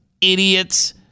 idiots